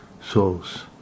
souls